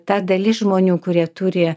ta dalis žmonių kurie turi